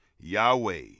yahweh